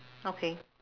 okay